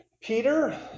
Peter